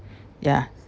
ya